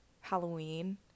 Halloween